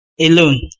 alone